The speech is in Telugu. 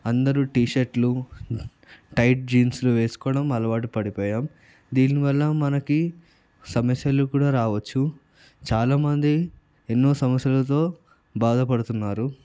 అందరూ టీ షర్ట్లు టైట్ జీన్స్లు వేసుకోవడం అలవాటు పడిపోయాం దీనివల్ల మనకి సమస్యలు కూడా రావచ్చు చాలామంది ఎన్నో సమస్యలతో బాధపడుతున్నారు